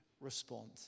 respond